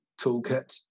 Toolkit